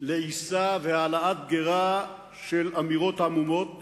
לעיסה והעלאת גירה של אמירות עמומות,